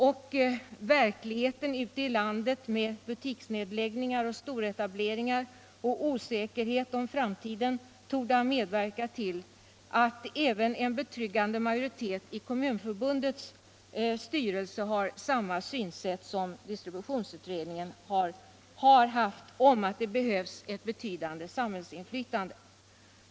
Och verkligheten ute i landet — med butiksnedläggningar, storetableringar och osäkerhet om framtiden — torde ha medverkat till att även en betryggande majoritet i Kommunförbundets styrelse har samma synsätt som distributionsutredningen har haft, nämligen att det behövs ett betydande samhällsinflytande.